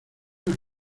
unas